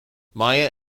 maya